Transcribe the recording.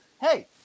hey